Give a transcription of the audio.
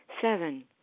Seven